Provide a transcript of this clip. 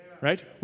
Right